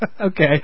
okay